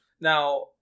Now